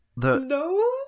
no